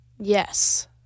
yes